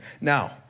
Now